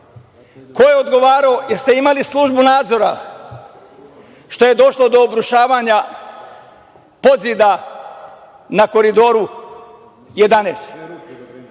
Ko je odgovarao? Da li ste imali službu nadzora? Što je došlo do obrušavanja podzida na Koridoru 11?